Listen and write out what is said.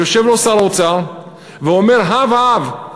יושב לו שר האוצר ואומר הב-הב,